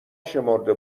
شمرده